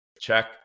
Check